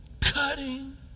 cutting